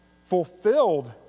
fulfilled